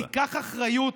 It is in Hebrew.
שתיקח אחריות